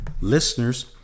listeners